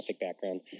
background